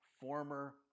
former